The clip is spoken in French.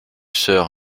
sœur